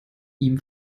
ihm